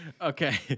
okay